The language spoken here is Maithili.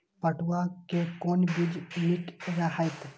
पटुआ के कोन बीज निक रहैत?